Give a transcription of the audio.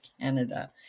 Canada